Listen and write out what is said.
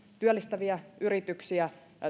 työllistäviä yrityksiä